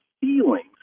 feelings